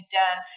done